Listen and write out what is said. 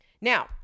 now